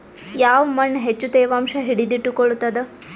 ಯಾವ್ ಮಣ್ ಹೆಚ್ಚು ತೇವಾಂಶ ಹಿಡಿದಿಟ್ಟುಕೊಳ್ಳುತ್ತದ?